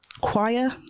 choir